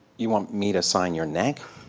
you want me to sign your neck?